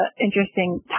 interesting